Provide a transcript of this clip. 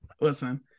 listen